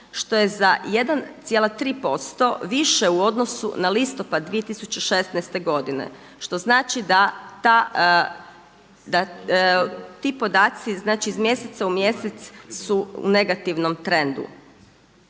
što je za 1,3% više u odnosu na listopad 2016. godine što znači da ti podaci, znači iz mjeseca u mjesec su u negativnom trendu.